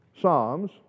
psalms